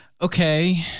Okay